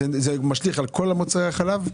זה משליך על כל מוצרי החלב?